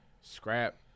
Scrap